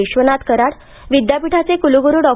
विश्वनाथ कराड विद्यापीठाचे कुलगुरू डॉ